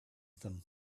them